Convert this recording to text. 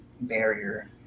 barrier